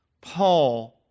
Paul